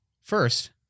first